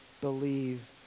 believe